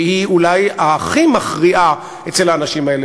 שהיא אולי הכי מכריעה אצל האנשים האלה,